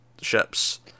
ships